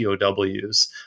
POWs